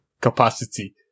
capacity